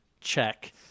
check